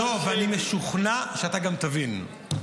אני משוכנע שאתה גם תבין.